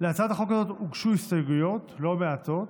להצעת החוק הזאת הוגשו הסתייגויות לא מעטות.